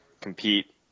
compete